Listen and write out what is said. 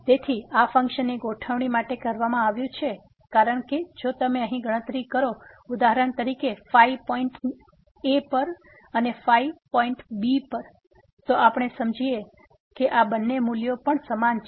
તેથી આ ફંક્શનની ગોઠવણી માટે કરવામાં આવ્યું છે કારણ કે જો તમે અહીં ગણતરી કરો ઉદાહરણ તરીકે પોઈંટ a પર અને પોઈંટ b પર તો આપણે સમજીશું કે આ બંને મૂલ્યો પણ સમાન છે